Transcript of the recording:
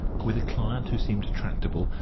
with a client who seemed tractable,